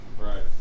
Right